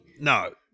no